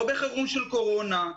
לא בחירום של קורונה,